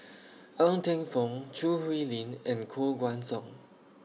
Ng Teng Fong Choo Hwee Lim and Koh Guan Song